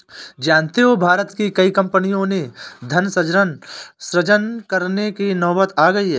जानते हो भारत की कई कम्पनियों में धन सृजन करने की नौबत आ गई है